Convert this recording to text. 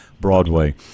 Broadway